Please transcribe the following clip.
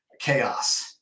chaos